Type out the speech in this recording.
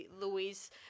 Louise